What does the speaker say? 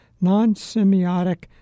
non-semiotic